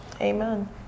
amen